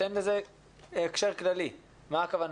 מה הכוונה?